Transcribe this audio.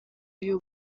y’u